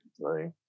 right